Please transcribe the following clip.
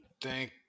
thank